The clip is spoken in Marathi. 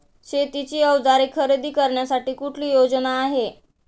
शेतीची अवजारे खरेदी करण्यासाठी कुठली योजना आहे?